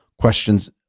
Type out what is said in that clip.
questions